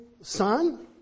son